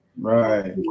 Right